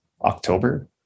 October